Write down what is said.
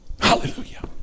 Hallelujah